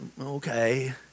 okay